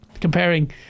comparing